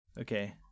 Okay